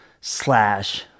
slash